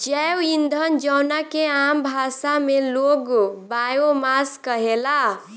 जैव ईंधन जवना के आम भाषा में लोग बायोमास कहेला